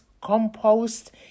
compost